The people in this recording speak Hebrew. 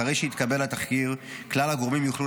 אחרי שיתקבל התחקיר כלל הגורמים יוכלו